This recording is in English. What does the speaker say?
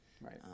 right